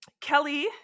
Kelly